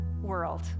world